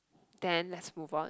then let move on